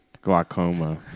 Glaucoma